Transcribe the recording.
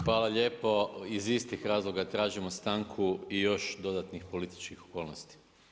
Hvala lijepo, iz istih razloga tražimo stanku i još dodatnih političkih okolnosti.